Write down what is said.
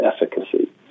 efficacy